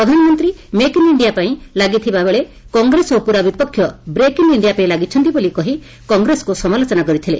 ପ୍ରଧାନମନ୍ତୀ make in India ପାଇଁ ଲାଗି ଥିବା ବେଳେ କଂଗ୍ରେସ ଓ ପୂରା ବିପକ୍ଷ ବ୍ରେକ୍ ଇନ୍ ଇଣ୍ଣିଆ ପାଇଁ ଲାଗିଛନ୍ତି ବୋଲି କହି କଂଗ୍ରେସକୁ ସମାଲୋଚନା କରିଥିଲେ